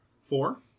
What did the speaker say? Four